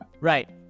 Right